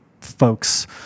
folks